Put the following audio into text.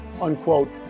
unquote